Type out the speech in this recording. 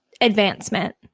advancement